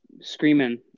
screaming